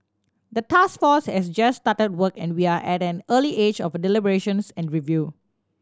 the task force has just started work and we are at an early age of deliberations and review